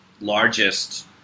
largest